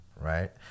right